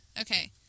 Okay